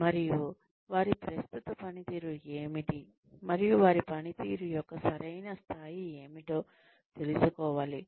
మరియు వారి ప్రస్తుత పనితీరు ఏమిటి మరియు వారి పనితీరు యొక్క సరైన స్థాయి ఏమిటో తెలుసుకోవాలి